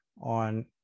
on